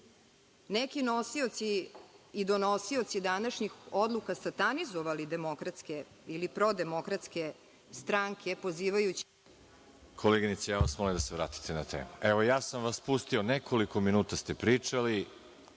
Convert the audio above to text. neki nosioci i donosioci današnjih odluka satanizovali demokratske ili prodemokratske stranke, pozivajući